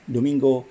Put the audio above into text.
Domingo